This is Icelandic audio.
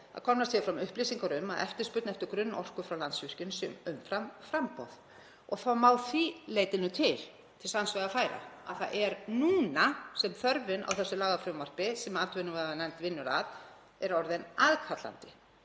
að komnar séu fram upplýsingar um að eftirspurn eftir grunnorku frá Landsvirkjun sé umfram framboð. Það má að því leyti til sanns vegar færa að það er núna sem þörfin á þessu lagafrumvarpi sem atvinnuveganefnd vinnur að er orðin aðkallandi.